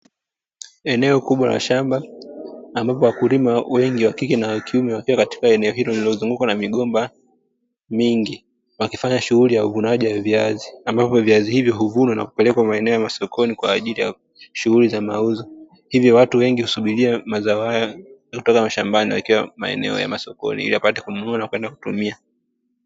Eneo kubwa la shamba ambapo wakulima wengi wa kike na wa kiume wakiwa katika eneo hilo lilizungukwa na migomba mingi, wakifanya shuguli za uvunaji wa viazi. Ambavyo viazi hivi huvunwa na kupelekwa eneo la sokoni kwa ajili ya shughuli za mauzo. Hivyo watu wengi husubiria mazao haya kutoka mashambani, wakiwa maeneo ya sokoni ili wapate kununua na kwenda kutumia.